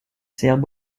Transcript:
serbes